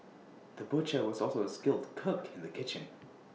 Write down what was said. the butcher was also A skilled cook in the kitchen